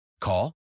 Call